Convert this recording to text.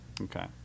Okay